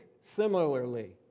similarly